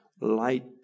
light